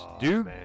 Dude